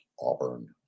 Auburn